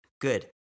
Good